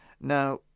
Now